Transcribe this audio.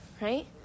Right